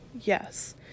Yes